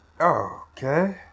okay